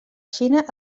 xina